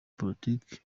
politiki